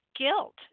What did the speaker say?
guilt